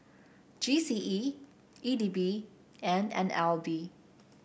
G C E E D B and N L B